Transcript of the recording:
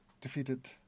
defeated